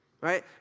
Right